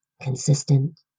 consistent